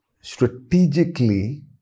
strategically